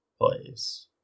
plays